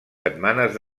setmanes